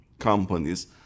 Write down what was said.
companies